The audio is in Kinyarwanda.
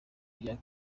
rya